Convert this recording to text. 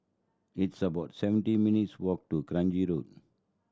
it's about seventeen minutes' walk to Kranji Road